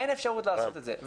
אין אפשרות לעשות את זה.